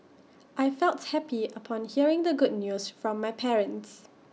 I felt happy upon hearing the good news from my parents